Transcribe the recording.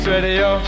Radio